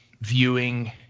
viewing